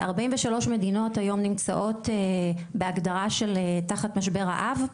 43 מדינות היום נמצאות בהגדרה של תחת משבר האב,